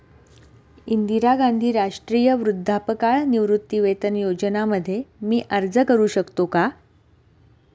इंदिरा गांधी राष्ट्रीय वृद्धापकाळ निवृत्तीवेतन योजना मध्ये मी अर्ज का करू शकतो का?